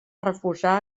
refusar